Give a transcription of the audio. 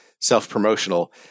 self-promotional